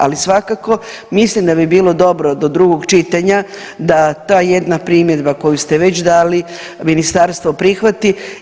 Ali svakako mislim da bi bilo dobro do drugog čitanja, da ta jedna primjedba koju ste već dali ministarstvo prihvati.